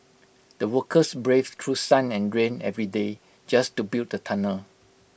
the workers braved through sun and rain every day just to build the tunnel